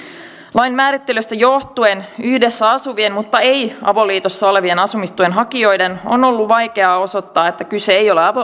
lain määrittelystä johtuen yhdessä asuvien mutta ei avoliitossa olevien asumistuen hakijoiden on ollut vaikeaa osoittaa että kyse ei ole